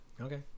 Okay